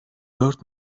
dört